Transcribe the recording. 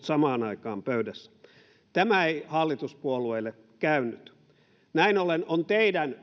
samaan aikaan pöydässä tämä ei hallituspuolueille käynyt näin ollen on teidän